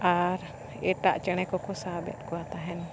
ᱟᱨ ᱮᱴᱟᱜ ᱪᱮᱬᱮ ᱠᱚᱠᱚ ᱥᱟᱵᱮᱫ ᱠᱚᱣᱟ ᱛᱟᱦᱮᱱ